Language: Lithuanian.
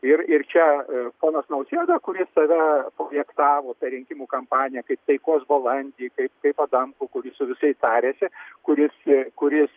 ir ir čia ponas nausėda kuris save projektavo per rinkimų kampaniją kaip taikos balandį kaip adamkų kuris su visais tarėsi kuris kuris